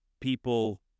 people